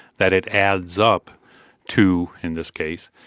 that it adds up to, in this case,